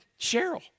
Cheryl